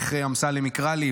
איך אמסלם יקרא לי?